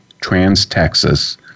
Trans-Texas